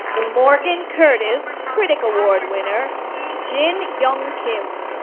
morgan curtis critic award winner jin yong kim.